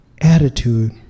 attitude